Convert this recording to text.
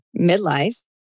midlife